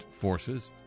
forces